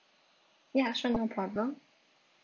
ya sure no problem